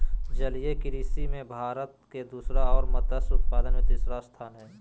जलीय कृषि में भारत के दूसरा और मत्स्य उत्पादन में तीसरा स्थान हइ